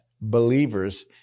believers